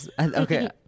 Okay